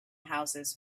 houses